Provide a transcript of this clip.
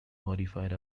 modified